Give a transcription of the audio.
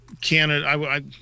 Canada